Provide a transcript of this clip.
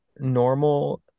normal